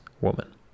woman